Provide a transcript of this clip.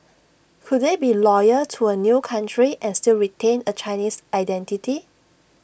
could they be loyal to A new country and still retain A Chinese identity